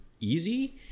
easy